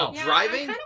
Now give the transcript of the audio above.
driving